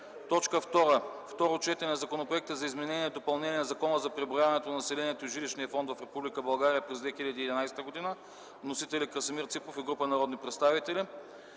днес. 2. Второ четене на Законопроекта за изменение и допълнение на Закона за преброяването на населението и жилищния фонд в Република България през 2011 г. Вносители – Красимир Ципов и група народни представители.